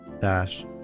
dash